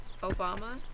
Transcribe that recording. obama